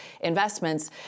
investments